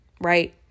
right